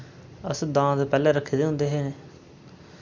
अस दांद पैह्लें रक्खे दे होंदे हे